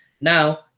Now